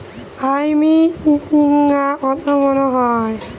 Hybrid চিচিংঙ্গা কত বড় হয়?